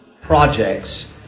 projects